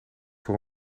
voor